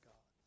God